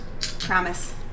Promise